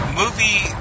movie